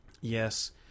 yes